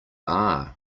are